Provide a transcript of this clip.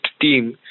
team